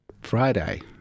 Friday